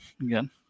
again